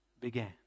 began